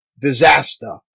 disaster